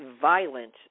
violent